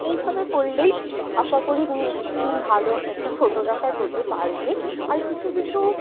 এইভাবে করলেই আশা করি তুমি একদিন ভালো একটা ফোটোগ্রাফার হতে পারবে আর কিছু কিছু